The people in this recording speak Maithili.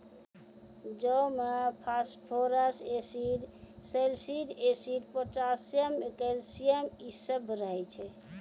जौ मे फास्फोरस एसिड, सैलसिड एसिड, पोटाशियम, कैल्शियम इ सभ रहै छै